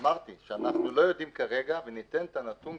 אבל אדוני, פעם שנייה אתה לא נותן לי להשלים